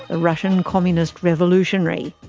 the russian communist revolutionary.